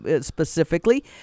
specifically